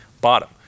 bottom